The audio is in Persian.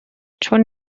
چون